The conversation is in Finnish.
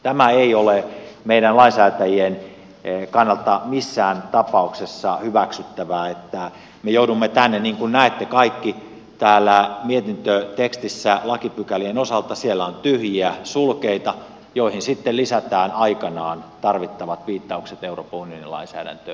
tämä ei ole meidän lainsäätäjien kannalta missään tapauksessa hyväksyttävää että me joudumme tekemään näin niin kuin näette kaikki täällä mietintötekstissä lakipykälien osalta on tyhjiä sulkeita joihin sitten lisätään aikanaan tarvittavat viittaukset euroopan unionin lainsäädäntöön